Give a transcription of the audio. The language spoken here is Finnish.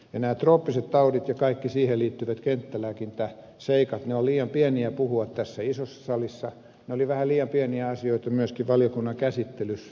nämä trooppiset taudit ja kaikki siihen liittyvät kenttälääkintäseikat ovat liian pieniä puhua tässä isossa salissa ne olivat vähän liian pieniä asioita myöskin valiokunnan käsittelyssä